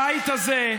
על זה אני אענה.